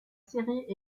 série